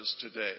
today